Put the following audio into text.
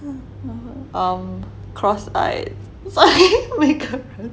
um cross-eyed 所以每个人